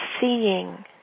seeing